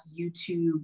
YouTube